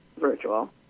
virtual